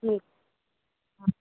ठीक हाँ